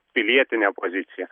pilietinė pozicija